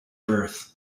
birth